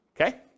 okay